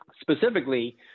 Specifically